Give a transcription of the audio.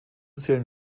zählen